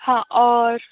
हाँ और